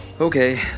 Okay